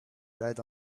red